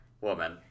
woman